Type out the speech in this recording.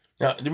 Now